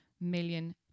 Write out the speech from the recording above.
million